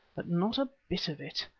but not a bit of it!